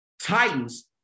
Titans